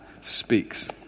speaks